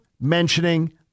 mentioning